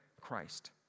Christ